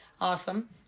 Awesome